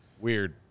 Weird